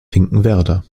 finkenwerder